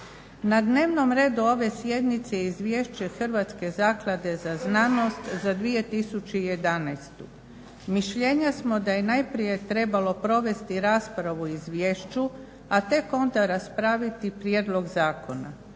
Na dnevnom redu ove sjednice izvješće Hrvatske zaklade za znanost za 2011. Mišljenja smo da je najprije trebalo provesti raspravu o izvješću, a tek onda raspraviti prijedlog zakona.